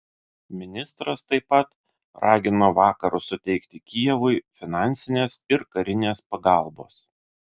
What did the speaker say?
ministras taip pat ragino vakarus suteikti kijevui finansinės ir karinės pagalbos